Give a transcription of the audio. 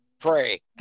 pray